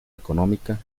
económica